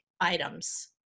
items